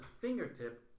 fingertip